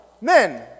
men